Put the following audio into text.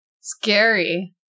Scary